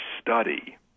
study